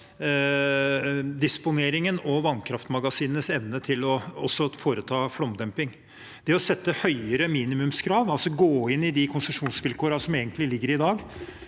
og vannkraftmagasinenes evne til å foreta flomdemping. Det å sette høyere minimumskrav, altså å gå inn i de konsesjonsvilkårene som foreligger i dag,